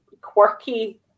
quirky